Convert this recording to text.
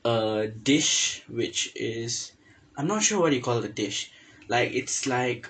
a dish which is I'm not sure what do you call the dish like it's like